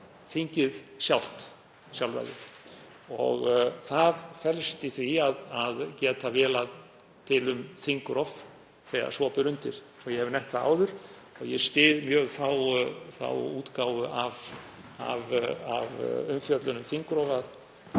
hefur þingið sjálft sjálfræði. Það felst í því að geta vélað um þingrof þegar svo ber undir. Ég hef nefnt það áður að ég styð mjög þá útgáfu af umfjöllun um þingrof að